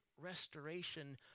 restoration